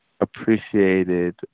appreciated